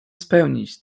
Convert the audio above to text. spełnić